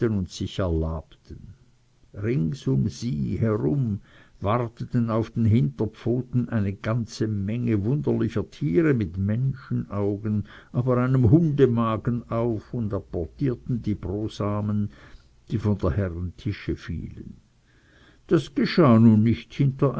sich erlabten rings um sie warteten auf den hinterpfoten eine menge wunderlicher tiere mit menschenaugen aber einem hundemagen auf und apportierten die brosamen die von der herren tische fielen das geschah nun nicht hinter